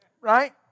Right